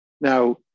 Now